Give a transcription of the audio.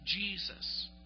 Jesus